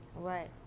right